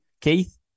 Keith